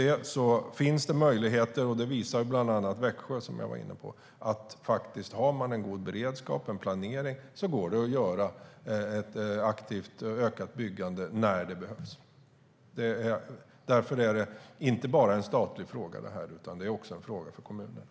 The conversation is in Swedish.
Det finns dock möjligheter - och det visar ju bland annat Växjö på - om man har en god beredskap och en god planering. Då går det att öka byggandet när det behövs. Det är inte bara en statlig fråga, utan det är också en fråga för kommunerna.